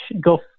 go